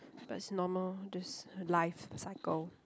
but it's normal just life cycle